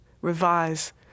revise